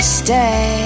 stay